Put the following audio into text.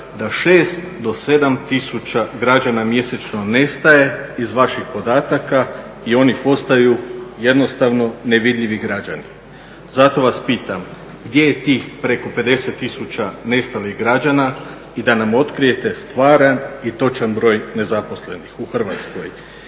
da 6 do 7 tisuća građana mjesečno nestaje iz vaših podataka i oni postaju jednostavno nevidljivi građani. Zato vas pitam gdje je tih preko 50 tisuća nestalih građana i da nam otkrijete stvaran i točan broj nezaposlenih u Hrvatskoj?